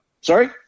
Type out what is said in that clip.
sorry